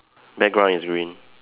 background is green